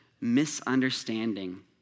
misunderstanding